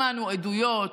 שמענו עדויות,